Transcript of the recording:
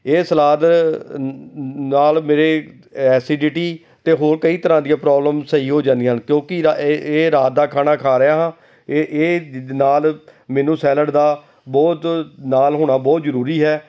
ਇਹ ਸਲਾਦ ਨਾਲ ਮੇਰੇ ਐਸੀਡਿਟੀ ਅਤੇ ਹੋਰ ਕਈ ਤਰ੍ਹਾਂ ਦੀਆਂ ਪ੍ਰੋਬਲਮ ਸਹੀ ਹੋ ਜਾਂਦੀਆਂ ਹਨ ਕਿਉਂਕਿ ਰਾ ਇਹ ਇਹ ਰਾਤ ਦਾ ਖਾਣਾ ਖਾ ਰਿਹਾ ਹਾਂ ਇਹ ਇਹਦੇ ਨਾਲ ਮੈਨੂੰ ਸੈਲਡ ਦਾ ਬਹੁਤ ਨਾਲ ਹੋਣਾ ਬਹੁਤ ਜ਼ਰੂਰੀ ਹੈ